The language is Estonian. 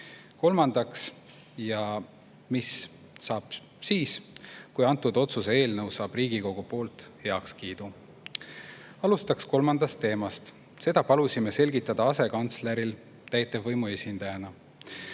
Kolmandaks: mis saab siis, kui antud otsuse eelnõu saab Riigikogu poolt heakskiidu? Alustaks kolmandast teemast, seda palusime selgitada asekantsleril täitevvõimu esindajana.